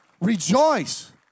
Rejoice